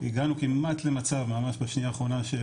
הגענו כמעט למצב ממש בשנייה האחרונה של